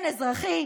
בין אזרחי,